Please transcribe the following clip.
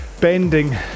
bending